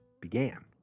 began